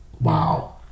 Wow